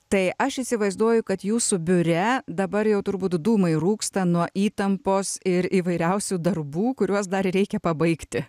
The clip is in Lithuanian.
tai aš įsivaizduoju kad jūsų biure dabar jau turbūt dūmai rūksta nuo įtampos ir įvairiausių darbų kuriuos dar reikia pabaigti